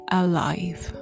alive